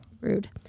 rude